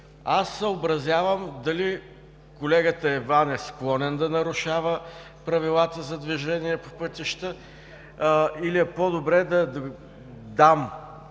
Аз съобразявам дали колегата Иван е склонен да нарушава правилата за движение по пътищата, или е по-добре да дам